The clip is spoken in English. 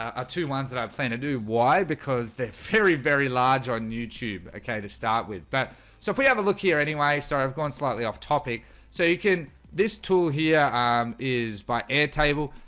are ah two ones that i plan to do why because they're very very large on youtube okay to start with but so if we have a look here. anyway, sorry, i've gone slightly off-topic so you can this tool here is by air table